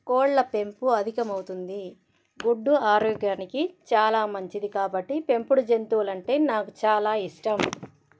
కోళ్ల పెంపు అధికమవుతుంది గుడ్డు ఆరోగ్యానికి చాలా మంచిది కాబట్టి పెంపుడు జంతువులు అంటే నాకు చాలా ఇష్టం